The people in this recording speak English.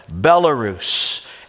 Belarus